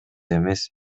эмес